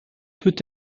peut